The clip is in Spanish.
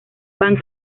van